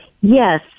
Yes